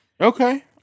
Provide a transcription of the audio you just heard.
Okay